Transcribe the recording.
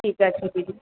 ঠিক আছে দিদি